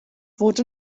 fod